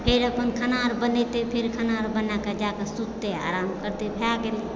फेर अपन खाना आओर बनेतय फेर खाना आर बनाके जाके सुततय आराम करतय भए गेलय